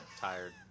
tired